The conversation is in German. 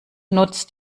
nutzt